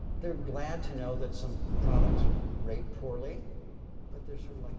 they're glad to know that some products rate poorly but they're sort of like,